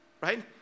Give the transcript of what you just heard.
right